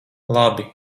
labi